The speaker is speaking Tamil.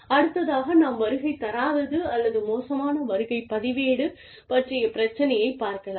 அடுத்ததாக நாம் வருகை தராதது அல்லது மோசமான வருகை பதிவேடு பற்றிய பிரச்சனையைப் பார்க்கலாம்